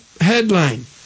headline